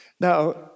now